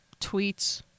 Tweets